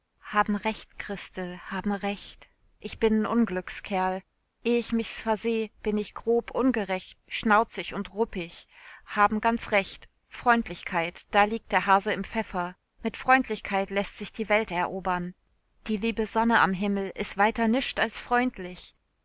haben recht christel haben recht ich bin n unglückskerl eh ich mich's verseh bin ich grob ungerecht schnauzig und ruppig haben ganz recht freundlichkeit da liegt der hase im pfeffer mit freundlichkeit läßt sich die welt erobern die liebe sonne am himmel is weiter nischt als freundlich